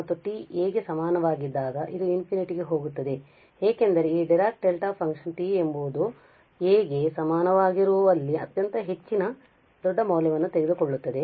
ಮತ್ತು t a ಗೆ ಸಮನಾಗಿದ್ದಾಗ ಇದು ∞ ಹೋಗುತ್ತದೆ ಏಕೆಂದರೆ ಈ ಡಿರಾಕ್ ಡೆಲ್ಟಾ ಫಂಕ್ಷನ್ t ಎಂಬುದು a ಗೆ ಸಮನಾಗಿರುವಲ್ಲಿ ಅತ್ಯಂತ ಹೆಚ್ಚಿನ ದೊಡ್ಡ ಮೌಲ್ಯವನ್ನು ತೆಗೆದುಕೊಳ್ಳುತ್ತದೆ